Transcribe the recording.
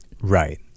Right